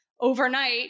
overnight